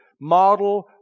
model